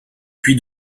puy